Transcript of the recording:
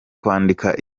kwandika